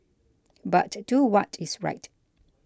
but do what is right